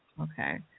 Okay